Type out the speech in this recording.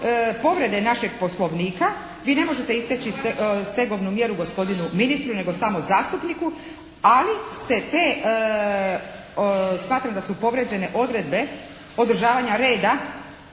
povrede našeg Poslovnika. Vi ne možete izreći stegovnu mjeru gospodinu ministru nego samo zastupniku ali se te, smatram da su povrijeđene odredbe održavanja reda